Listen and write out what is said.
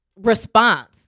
response